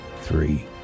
three